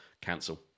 cancel